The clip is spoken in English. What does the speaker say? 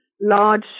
large